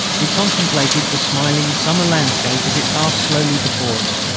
we contemplated the smiling summer landscape as it passed slowly before us.